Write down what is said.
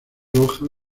roja